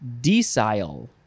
Decile